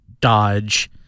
dodge